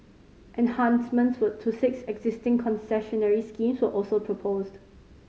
enhancements for to six existing concessionary schemes were also proposed